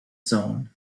zone